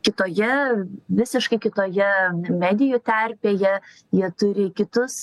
kitoje visiškai kitoje medijų terpėje jie turi kitus